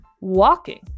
walking